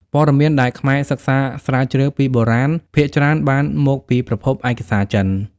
ព័ត៌មានដែលខ្មែរសិក្សាស្រាវជ្រាវពីបុរាណភាគច្រើនបានមកពីប្រភពឯកសារចិន។